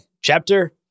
Chapter